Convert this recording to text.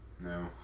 No